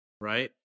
Right